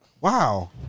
Wow